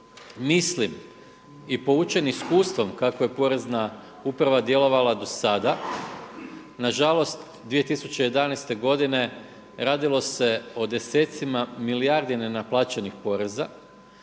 Mislim i poučen iskustvom kako je porezna uprava djelovala do sada, nažalost 2011. godine radilo se o desecima milijardi nenaplaćenih poreza